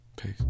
Peace